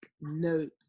note